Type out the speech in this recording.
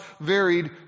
varied